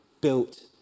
Built